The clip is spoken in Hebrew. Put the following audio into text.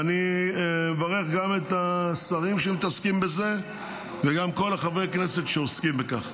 אני מברך גם את השרים שמתעסקים בזה וגם את כל חברי הכנסת שעוסקים בכך.